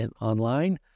online